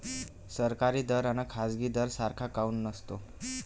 सरकारी दर अन खाजगी दर सारखा काऊन नसतो?